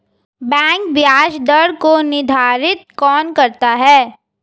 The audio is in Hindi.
बैंक ब्याज दर को निर्धारित कौन करता है?